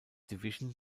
division